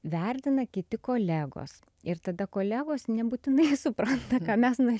vertina kiti kolegos ir tada kolegos nebūtinai supranta ką mes norim